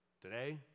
today